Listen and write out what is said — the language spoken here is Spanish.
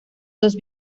dos